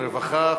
עבודה ורווחה.